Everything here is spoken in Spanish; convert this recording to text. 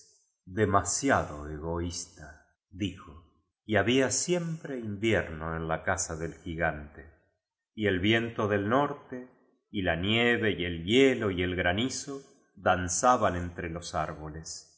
demasiado egoísta dijo y había siempre invierno en la casa del gigante y el viento del norte y la nieve y el hielo y el granizo danzaban entre los árboles